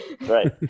Right